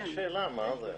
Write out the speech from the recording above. איזה שאלה, מה זה?